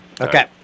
Okay